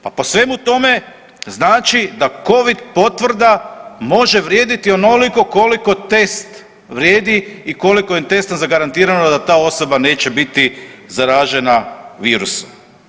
Pa po svemu tome znači da covid potvrda može vrijediti onoliko koliko test vrijedi i koliko im je testom zagarantirano da ta osoba neće biti zaražena virusom.